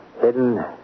Hidden